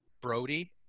Brody